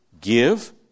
Give